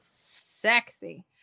Sexy